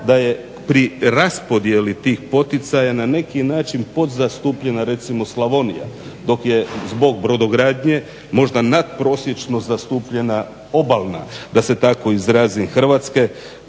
da je pri raspodjeli tih poticaja na neki način podzastupljena recimo Slavonija dok je zbog brodogradnje možda nad prosječno zastupljena obalna da se tako izrazi Hrvatske